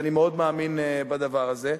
ואני מאוד מאמין בדבר הזה,